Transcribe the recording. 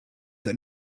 that